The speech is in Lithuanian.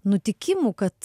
nutikimų kad